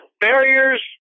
barriers